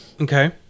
Okay